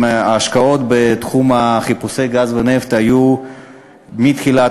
ההשקעות בתחום חיפושי גז ונפט היו מתחילת